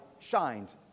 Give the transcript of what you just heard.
shined